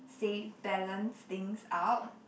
say balance things out